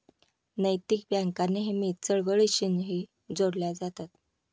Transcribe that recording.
नैतिक बँका नेहमीच चळवळींशीही जोडल्या जातात